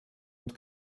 und